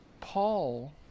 Paul